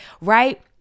right